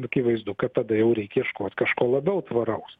akivaizdu kad tada jau reik ieškot kažko labiau tvaraus